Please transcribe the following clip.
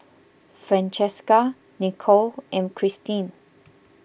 Francesca Nichole and Christine